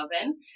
oven